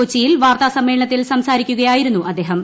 കൊച്ചിയിൽ ് വാർത്താ സമ്മേളനത്തിൽ സംസാരിക്കുകയായിരുന്നു അദ്ദേഹം